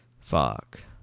fuck